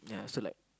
yeah so like